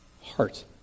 heart